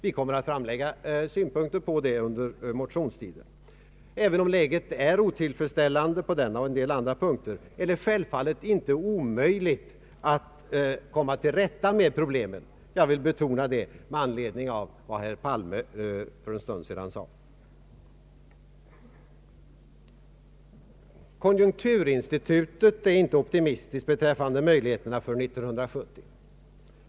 Vi kommer att framlägga synpunkter på detta under motionstiden. Även om läget är otillfredsställande på detta och en del andra områden, är det självfallet inte omöjligt att komma till rätta med problemen. Jag vill betona detta med anledning av vad herr Palme sade för en stund sedan. Konjunkturinstitutet är inte optimistiskt beträffande möjligheterna för 1970.